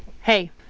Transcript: Hey